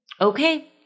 Okay